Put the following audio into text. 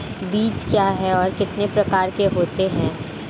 बीज क्या है और कितने प्रकार के होते हैं?